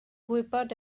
gwybod